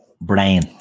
brain